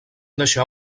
deixar